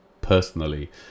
personally